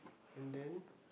and then